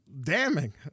damning